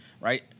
right